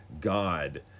God